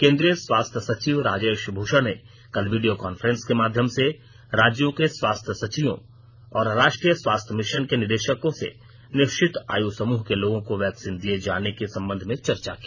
केन्द्रीय स्वास्थ्य सचिव राजेश भूषण ने कल वीडियो कॉफ्रेंस के माध्यम से राज्यों के स्वास्थ्य सचिवों और राष्ट्रीय स्वास्थ्य मिशन के निदेशकों से निश्चित आयु समूह के लोगों को वैक्सीन दिए जाने के सम्बंध में चर्चा की